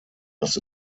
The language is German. das